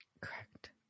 Correct